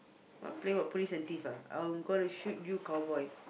what play what police and thief ah I'm gonna shoot you cowboy